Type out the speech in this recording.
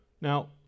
Now